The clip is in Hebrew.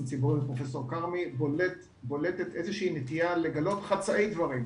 ציבורי ופרופ' כרמי בולטת איזושהי נטייה לגלות חצאי דברים.